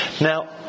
Now